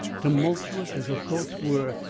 tumultuous as her thoughts were,